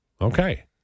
Okay